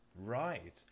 right